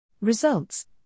Results